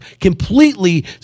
completely